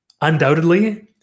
undoubtedly